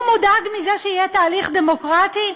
הוא מודאג מזה שיהיה תהליך דמוקרטי.